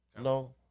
No